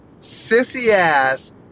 sissy-ass